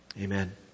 amen